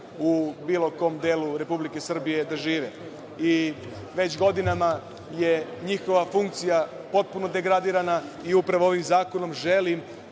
u bilo kom delu Republike Srbije da žive. Već godinama je njihova funkcija potpuno degradirana i upravo ovim zakonom želim